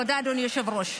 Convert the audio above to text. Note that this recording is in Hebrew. תודה, אדוני היושב-ראש.